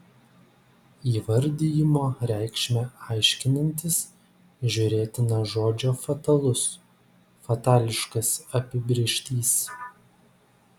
įvardijimo reikšmę aiškinantis žiūrėtina žodžio fatalus fatališkas apibrėžtys